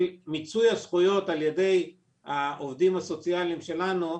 מיצוי הזכויות על ידי העובדים הסוציאליים שלנו,